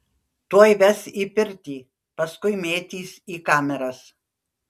tuoj ves į pirtį paskui mėtys į kameras